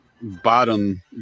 bottom